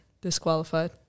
disqualified